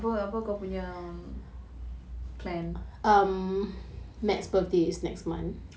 apa apa kau punya plan